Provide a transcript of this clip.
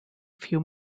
few